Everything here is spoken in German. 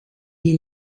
die